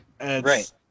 Right